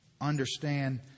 understand